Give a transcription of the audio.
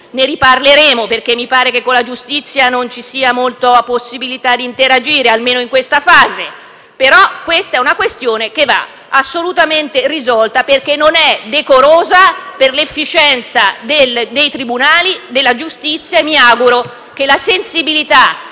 ne riparleremo, perché mi pare che con la giustizia non ci sia molta possibilità di interagire, almeno in questa fase - però si tratta di una questione che va assolutamente risolta perché non è decorosa per l'efficienza dei tribunali e della giustizia. Mi auguro che la sensibilità